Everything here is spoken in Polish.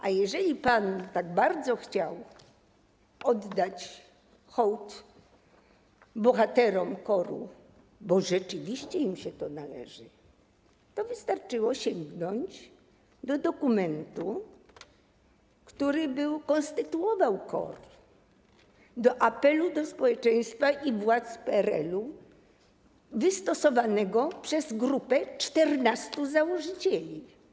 A jeżeli pan tak bardzo chciał oddać hołd bohaterom KOR-u, bo rzeczywiście im się to należy, to wystarczyło sięgnąć do dokumentu, który konstytuował KOR, do apelu do społeczeństwa i władz PRL-u wystosowanego przez grupę 14 założycieli.